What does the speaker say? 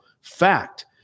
fact